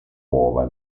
uova